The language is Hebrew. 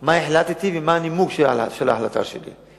מה החלטתי ומה הנימוק להחלטה שלי.